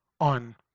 on